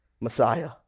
Messiah